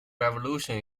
revolution